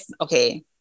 okay